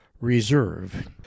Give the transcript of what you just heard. Reserve